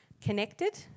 connected